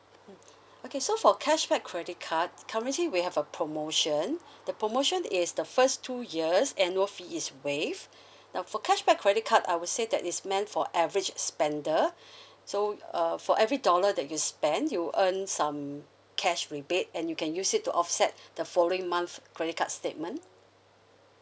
okay so for cashback credit card currently we have a promotion the promotion is the first two years annual fee is waive now for cashback credit card I would say that is meant for average spender so uh for every dollar that you spend you earn some cash rebate and you can use it to offset the following month credit card statement